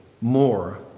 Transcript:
more